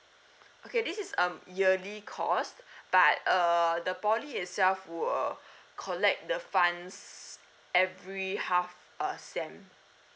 okay this is um yearly cause but err the poly itself will collect the funds every half a sem